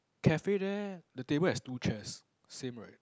cafe there the table has two chairs same right